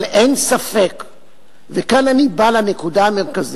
אבל אין ספק, וכאן אני בא לנקודה המרכזית: